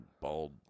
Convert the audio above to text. Bald